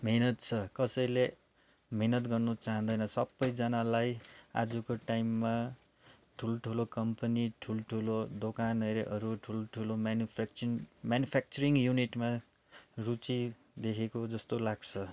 नेहनत छ कसैले मेहनत गर्नु चाहदैन सबैजनालाई आजको टाइममा ठुल्ठूलो कम्पनी ठुल्ठुलो दोकानहरू ठुल्ठुलो म्यानुफ्याकचिङ म्यानुफ्याकचरिङ युनिटमा रुचि देखेको जस्तो लाग्छ